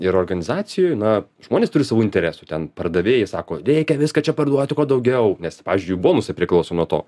ir organizacijoj na žmonės turi savų interesų ten pardavėjai sako reikia viską čia parduoti kuo daugiau nes pavyzdžiui bonusai priklauso nuo to